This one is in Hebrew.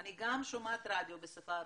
אני גם שומעת רדיו בשפה הרוסית,